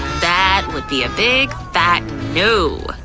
that would be a big fat no.